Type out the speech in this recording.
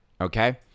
okay